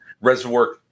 Reservoir